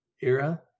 era